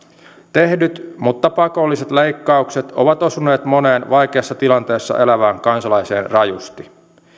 tehdyt mutta pakolliset leikkaukset ovat osuneet moneen vaikeassa tilanteessa elävään kansalaiseen rajusti